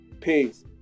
Peace